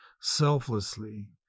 selflessly